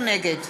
נגד